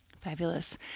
Fabulous